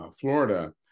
Florida